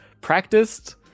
practiced